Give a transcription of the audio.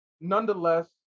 nonetheless